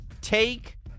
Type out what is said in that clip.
take